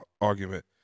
argument